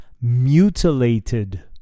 mutilated